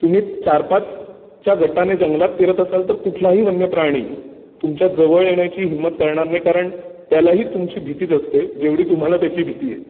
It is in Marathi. तुम्ही चारपाचच्या गटाने जंगलात फिरत असाल तर कुठलाही वन्य प्राणी तुमच्या जवळ येण्याची हिंमत करणार नाही कारण त्यालाही तुमची भीतीच असते जेवढी तुम्हाला त्याची भीती आहे